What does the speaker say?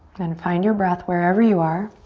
then find your breath wherever you are.